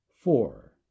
four